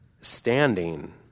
standing